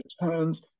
returns